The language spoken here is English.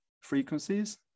frequencies